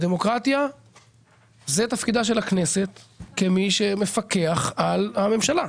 בדמוקרטיה זה תפקידה של הכנסת כמי שמפקח על הממשלה.